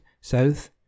South